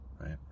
right